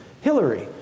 Hillary